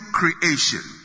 creation